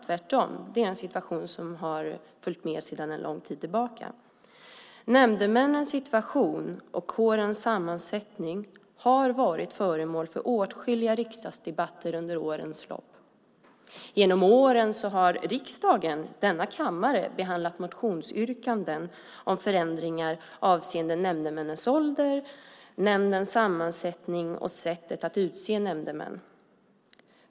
Tvärtom - det är en situation som har följt med sedan en lång tid tillbaka. Nämndemännens situation och kårens sammansättning har varit föremål för åtskilliga riksdagsdebatter under årens lopp. Genom åren har riksdagen, denna kammare, behandlat motionsyrkanden om förändringar avseende nämndemännens ålder, nämndens sammansättning och sättet att utse nämndemän.